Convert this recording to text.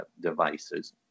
devices